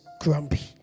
grumpy